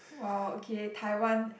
wow okay Taiwan